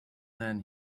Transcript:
then